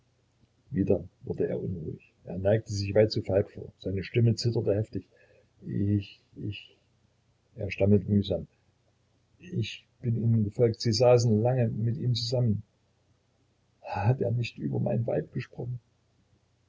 wieder wurde er unruhig er neigte sich weit zu falk vor seine stimme zitterte heftig ich ich er stammelte mühsam bin ihnen gefolgt sie saßen lange mit ihm zusammen hat er nicht über mein weib gesprochen